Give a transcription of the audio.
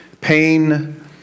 Pain